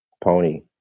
pony